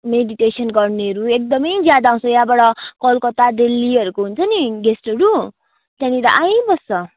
meditation गर्नेहरू एक्दमै ज्यादा आउँछ यहाँबाट कलकत्ता दिल्लीहरूको हुन्छ नि गेस्टहरू त्यहाँनिर आइबस्छ